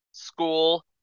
school